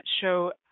show